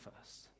first